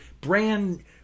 brand